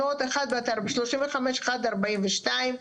התוכנית הראשונה היא בעצם תהיה תוכנית של 19 חודשים עד דצמבר 2024,